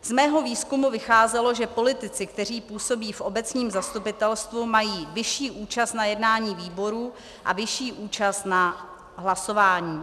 Z mého výzkumu vycházelo, že politici, kteří působí v obecním zastupitelstvu, mají vyšší účast na jednání výborů a vyšší účast na hlasování.